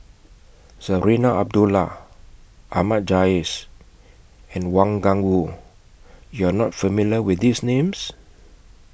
Zarinah Abdullah Ahmad Jais and Wang Gungwu YOU Are not familiar with These Names